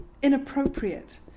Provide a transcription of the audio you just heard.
inappropriate